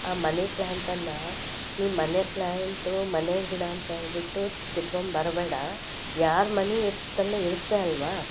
ಆ ಮನಿ ಪ್ಲ್ಯಾಂಟನ್ನು ನೀನು ಮನಿ ಪ್ಲ್ಯಾಂಟು ಮನೆ ಗಿಡ ಅಂತೇಳಿಬಿಟ್ಟು ಕಿತ್ಕೊಂಬರಬೇಡ ಯಾರ ಮನಿ ಇರ್ತಲ್ಲೇ ಇರುತ್ತೆ ಅಲ್ಲವಾ